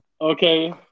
Okay